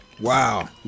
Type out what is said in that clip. wow